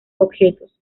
objetos